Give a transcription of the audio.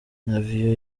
navio